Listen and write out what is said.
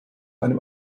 einem